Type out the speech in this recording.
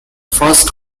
first